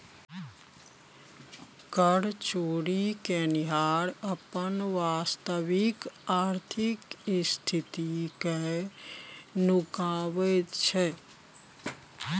कर चोरि केनिहार अपन वास्तविक आर्थिक स्थिति कए नुकाबैत छै